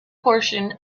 portion